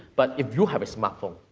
but, if you have a smartphone,